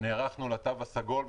נערכנו לתו הסגול.